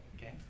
Okay